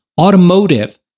Automotive